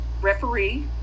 referee